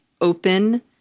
open